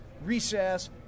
recess